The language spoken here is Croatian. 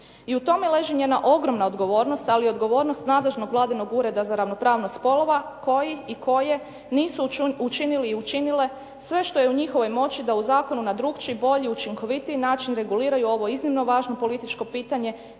I u tome leži njezina ogromna odgovornost ali i odgovornost vladinom ureda za ravnopravnost spolova koji i koje nisu učinili i učinile sve što je u njihovoj moći da u zakonu na drukčiji, bolji i učinkovitiji način reguliraju ovo iznimno važno političko pitanje,